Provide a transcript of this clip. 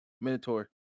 minotaur